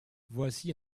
voici